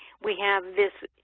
we have this